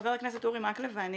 חבר הכנסת אורי מקלב ואני,